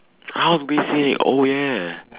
how to basic oh yeah